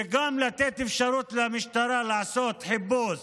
וגם לתת אפשרות למשטרה לעשות חיפוש